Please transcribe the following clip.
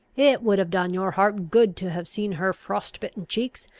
it would have done your heart good to have seen her frost-bitten cheeks,